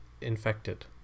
infected